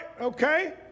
okay